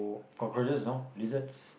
cockroaches no lizards